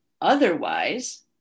otherwise